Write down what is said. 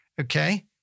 Okay